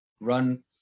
run